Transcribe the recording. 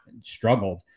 struggled